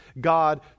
God